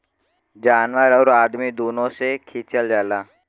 जानवर आउर अदमी दुनो से खिचल जाला